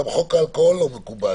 גם חוק האלכוהול לא מקובל,